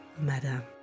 madam